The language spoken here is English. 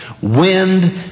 wind